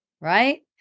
right